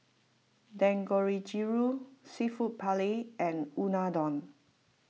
Dangojiru Seafood Paella and Unadon